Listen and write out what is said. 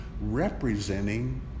representing